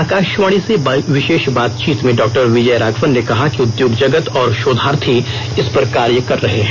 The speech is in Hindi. आकाशवाणी से विशेष बातचीत में डॉक्टर विजय राघवन ने कहा कि उद्योग जगत और शोधार्थी इस पर कार्य कर रहे हैं